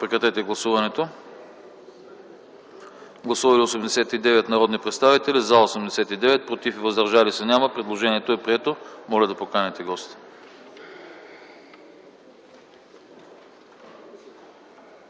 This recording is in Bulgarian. предложение. Гласували 89 народни представители: за 89, против и въздържали се няма. Предложението е прието. Моля да поканите госта.